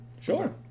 Sure